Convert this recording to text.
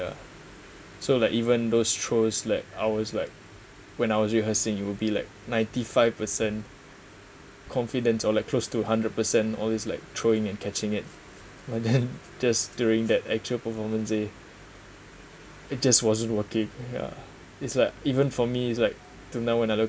ya so like even those throws like I was like when I was rehearsing you will be like ninety five percent confidence or like close to hundred percent always like throwing and catching it by then just during that actual performance day it just wasn't working ya it's like even for me is like to now another